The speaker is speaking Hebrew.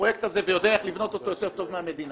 הפרויקט הזה ויודע איך לבנות אותו יותר טוב מהמדינה.